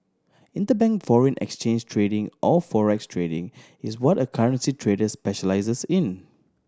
interbank foreign exchange trading or forex trading is what a currency trader specialises in